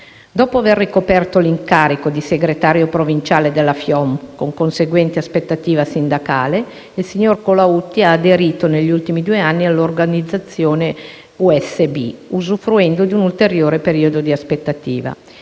Dopo aver ricoperto l'incarico di segretario provinciale della FIOM, con conseguente aspettativa sindacale, il signor Colautti ha aderito, negli ultimi due anni, alla organizzazione USB, usufruendo di un ulteriore periodo di aspettativa.